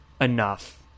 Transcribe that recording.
Enough